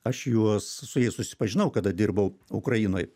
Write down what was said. aš juos su jais susipažinau kada dirbau ukrainoj